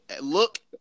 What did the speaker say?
look